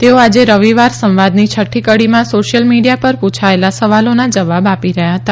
તેઓ આજે રવિવાર સંવાદની છઠ્ઠી કડીમાં સોશિયલ મીડિયા પર પૂછાયેલા સવાલોના જવાબ આપી રહ્યા હતા